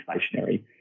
stationary